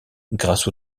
grâce